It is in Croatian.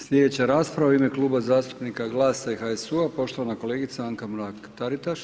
Sljedeća rasprava u ime Kluba zastupnika GLAS-a i HS-u poštovana kolegica Anka Mrak Taritaš.